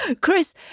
Chris